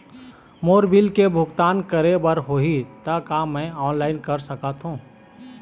मोर bill के भुगतान करे बर होही ता का मैं ऑनलाइन कर सकथों?